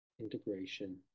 integration